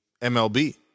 mlb